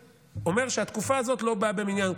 והוא אומר שהתקופה הזאת לא באה במניין.